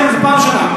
כן, זה פעם ראשונה.